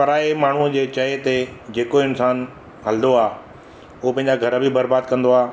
पराए माण्हूअ जे चए ते जेको इन्सानु हलंदो आहे उहो पंहिंजा घर बि बरबादु कंदो आहे